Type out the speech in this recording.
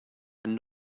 and